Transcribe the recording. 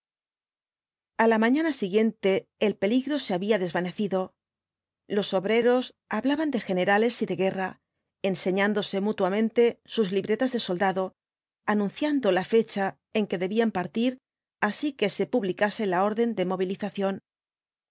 a la mañana siguiente el peligro se había desvanecido los obreros hablaban de generales y de guerra enseñándose mutuamente sus libretas de soldado anunciando la fecha en que debían partir así que se publicase la orden de movilización